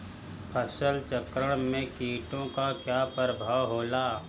फसल चक्रण में कीटो का का परभाव होला?